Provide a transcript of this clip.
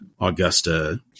Augusta